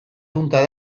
punta